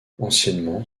anciennement